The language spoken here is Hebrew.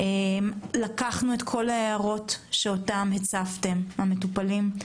לקחנו את כל ההערות שהצפתם, המטופלים.